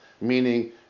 meaning